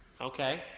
Okay